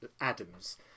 Adams